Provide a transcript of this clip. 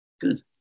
good